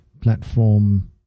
platform